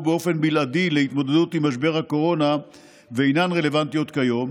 באופן בלעדי להתמודדות עם משבר הקורונה ואינן רלוונטיות כיום,